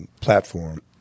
platform